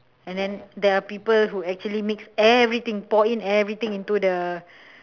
and then there are people who actually mix everything pour in everything into the